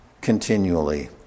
continually